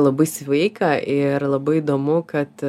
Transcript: labai sveika ir labai įdomu kad